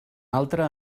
altre